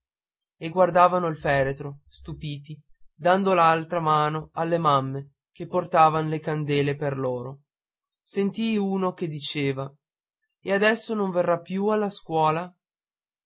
e guardavano il feretro stupiti dando l'altra mano alle madri che portavan le candele per loro sentii uno che diceva e adesso non verrà più alla scuola